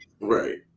Right